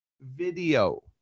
video